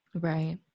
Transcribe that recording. Right